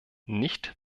nicht